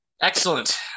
Excellent